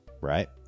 right